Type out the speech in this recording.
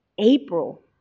April